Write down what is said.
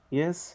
yes